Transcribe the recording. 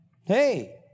Hey